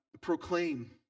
proclaim